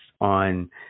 on